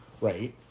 right